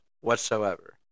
whatsoever